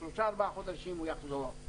אחרי שלושה-ארבעה חודשים הוא יחזור,